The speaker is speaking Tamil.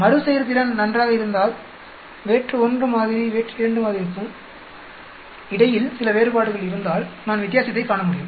மறுசெயற்திறன் நன்றாக இருந்தால்மாதிரி 1 க்கும் மாதிரி 2 க்கும் இடையில் சில வேறுபாடுகள் இருந்தால் நான் வித்தியாசத்தைக் காண முடியும்